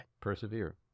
Persevere